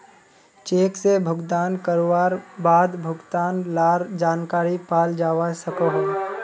cheque से भुगतान करवार बाद भुगतान लार जानकारी पाल जावा सकोहो